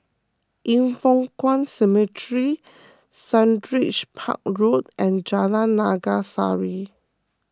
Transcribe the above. Yin Foh Kuan Cemetery Sundridge Park Road and Jalan Naga Sari